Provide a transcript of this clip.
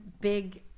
big